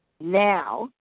now